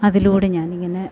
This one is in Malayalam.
അതിലൂടെ ഞാൻ ഇങ്ങനെ